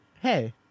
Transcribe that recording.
hey